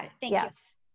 Yes